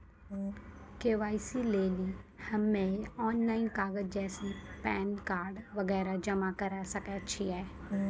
KYC लेली हम्मय online कागज जैसे पैन कार्ड वगैरह जमा करें सके छियै?